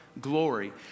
Glory